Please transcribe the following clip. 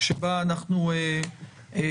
שבה אנחנו עוסקים,